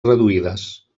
reduïdes